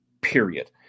period